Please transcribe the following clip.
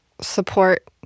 support